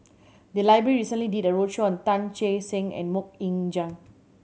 the library recently did a roadshow on Tan Che Sang and Mok Ying Jang